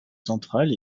centrale